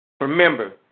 Remember